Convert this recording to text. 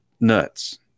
nuts